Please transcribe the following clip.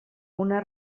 una